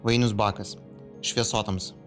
vainius bakas šviesotamsa